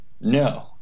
No